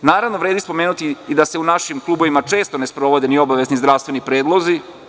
Naravno, vredi spomenuti da se i u našim klubovima često ne sprovode ne obavezni zdravstveni predlozi.